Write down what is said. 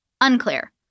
Unclear